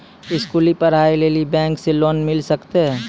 स्कूली पढ़ाई लेली बैंक से लोन मिले सकते?